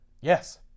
Yes